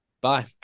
bye